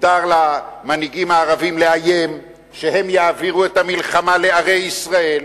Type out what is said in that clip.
מותר למנהיגים הערבים לאיים שהם יעבירו את המלחמה לערי ישראל.